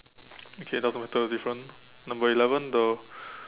okay doesn't matter different number eleven the